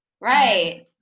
Right